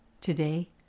today